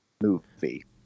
movie